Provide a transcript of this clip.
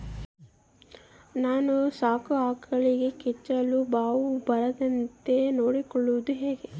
ನಾನು ಸಾಕೋ ಆಕಳಿಗೆ ಕೆಚ್ಚಲುಬಾವು ಬರದಂತೆ ನೊಡ್ಕೊಳೋದು ಹೇಗೆ?